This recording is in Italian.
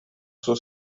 suo